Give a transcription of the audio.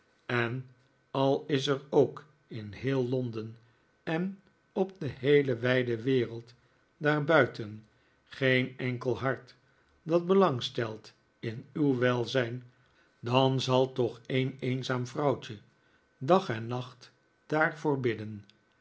en al is er ook in heel londen en op de heele wijde wereld daar buiten geen enkel hart dat belang stelt in uw welzijn dan zal toch een eenzaam vrouwtje dag en nacht daarvoor bidden